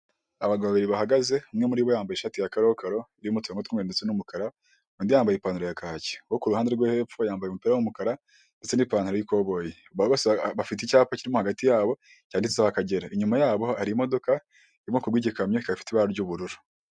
Abagabo babiri bahagaze, umwe muri bo yambaye ishati ya karokaro irimo uturongo tw'umweru ndetse n'umukara, undi yambaye ipantaro ya kaki. Uwo ku ruhande rwo hepfo yambaye umupira w'umukara, ndetse n'ipantaro y'ikoboyi. Bose bafite icyapa kirimo hagati yabo cyanditseho Akagera. Inyuma yabo hari imodoka iri mu bwoko bw'igikamyo, ikafite ibara ry'ubururu.